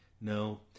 No